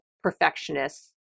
perfectionists